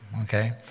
Okay